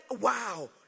wow